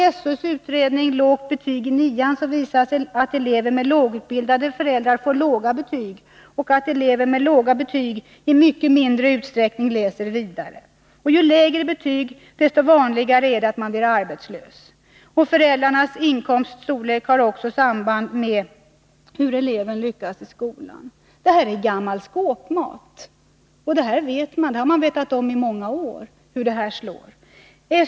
I en av SÖ:s publikationer visas att elever med lågutbildade föräldrar får låga betyg och att elever med låga betyg i mycket mindre utsträckning läser vidare. Ju lägre betyg desto vanligare är det att man blir arbetslös. Storleken av föräldrarnas inkomst har också samband med hur eleven lyckas i skolan. Detta är gammal skåpmat, man har i många år vetat hur detta slår.